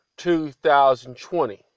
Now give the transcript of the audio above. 2020